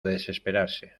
desesperarse